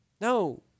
No